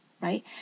right